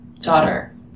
daughter